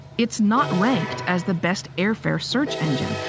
it's not ranked as the best airfare search engine.